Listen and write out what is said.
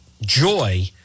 joy